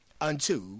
unto